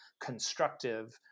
constructive